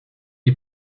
est